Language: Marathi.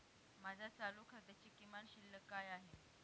माझ्या चालू खात्याची किमान शिल्लक काय आहे?